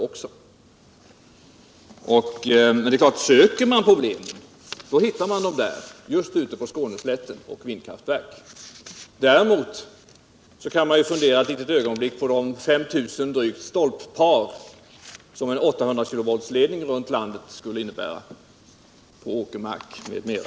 Om man söker problem, då hittar man dem självfallet just ute på Skånestätten. Däremot kan man fundera ett ögonblick över vad de drygt 5 000 stolppar som en 800 kilowattsledning skulle betyda för åkermarken där.